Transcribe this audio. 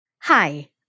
Hi